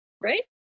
right